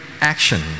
action